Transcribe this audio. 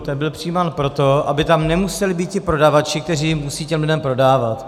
Ten byl přijímán proto, aby tam nemuseli být ti prodavači, kteří musí těm lidem prodávat.